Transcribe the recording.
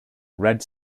red